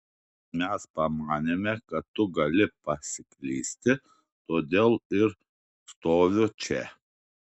mes pamanėme kad tu gali pasiklysti todėl ir stoviu čia